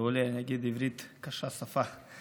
כעולה אני אגיד: עברית קשה שפה.